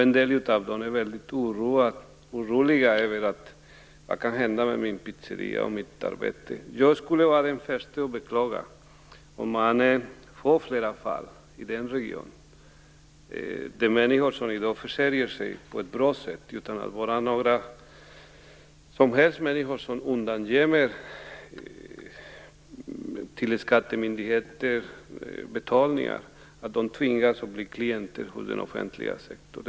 En del av dem är väldigt oroliga över vad som kommer att hända med deras pizzerior och deras arbeten. Jag skulle vara den förste att beklaga om fler människor som försörjer sig på ett bra sätt utan att undangömma betalningar för skattemyndigheten tvingas att bli klienter hos den offentliga sektorn i den regionen.